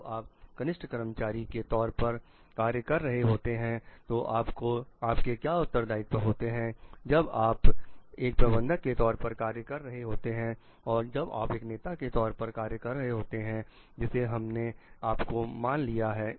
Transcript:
जब आप कनिष्ठ कर्मचारी के तौर पर कार्य कर रहे होते हैं तो आपके क्या उत्तरदायित्व होते हैं जब आप एक प्रबंधक के तौर पर कार्य कर रहे होते हैं और जब आप एक नेता के तौर पर कार्य कर रहे होते हैं जिसे हमने आपको मान लिया है